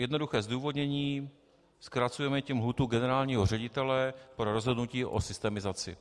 Jednoduché zdůvodnění: zkracujeme tím lhůtu generálního ředitele pro rozhodnutí o systemizaci.